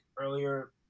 earlier